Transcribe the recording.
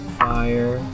fire